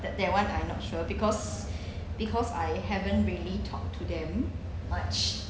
that that [one] I'm not sure because because I haven't really talk to them much